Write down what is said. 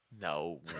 No